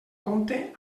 compte